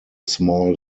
small